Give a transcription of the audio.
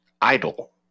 idle